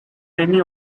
rémy